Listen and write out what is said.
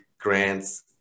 grants